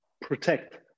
protect